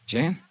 Jan